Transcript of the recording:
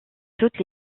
toutes